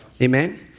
Amen